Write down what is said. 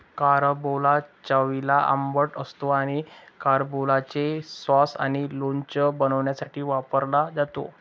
carambola चवीला आंबट असतो आणि कॅरंबोलाचे सॉस आणि लोणचे बनवण्यासाठी वापरला जातो